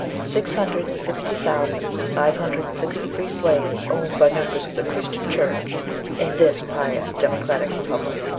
six hundred and sixty thousand five hundred and sixty three slaves owned by members of the christian church in this pious democratic republic!